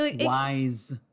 wise